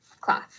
Cloth